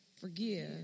forgive